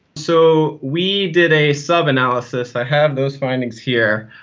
so we did a sub-analysis, i have those findings here.